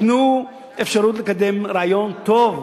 תנו אפשרות לקדם רעיון טוב,